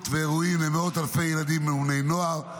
ואירועים למאות אלפי ילדים ובני נוער.